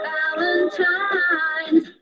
Valentine's